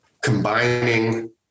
combining